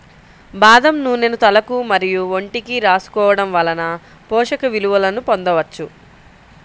బాదం నూనెను తలకు మరియు ఒంటికి రాసుకోవడం వలన పోషక విలువలను పొందవచ్చు